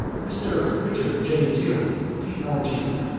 mr. richard j. tierney, p l g,